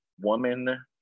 woman